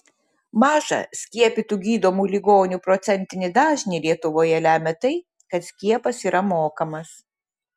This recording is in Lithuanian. mažą skiepytų gydomų ligonių procentinį dažnį lietuvoje lemia tai kad skiepas yra mokamas